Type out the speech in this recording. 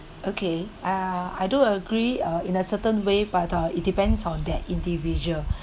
okay uh I do agree uh in a certain way but uh it depends on that individual